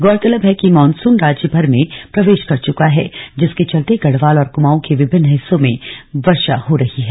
गौरतलब है कि मानसून राज्य भर में प्रवेश कर चुका है जिसके चलते गढ़वाल और कुमाऊं के विभिन्न हिस्सों में वर्षा हो रही है